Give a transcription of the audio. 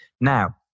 Now